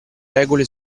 regole